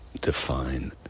Define